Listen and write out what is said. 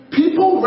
people